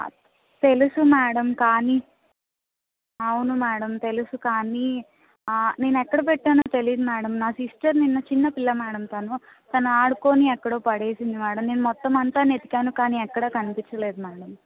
తెలుసు మేడం కానీ అవును మేడం తెలుసు కానీ నేనెక్కడ పెట్టానో తెలీదు మేడం నా సిస్టర్ నిన్న చిన్న పిల్ల మేడం తను తను ఆడుకొని ఎక్కడో పడేసింది మేడం నేను మొత్తమంతా వెతికాను కానీ ఎక్కడా కనిపించలేదు మేడం